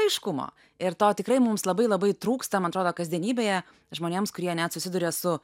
aiškumo ir to tikrai mums labai labai trūksta man atrodo kasdienybėje žmonėms kurie net susiduria su